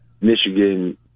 Michigan